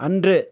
அன்று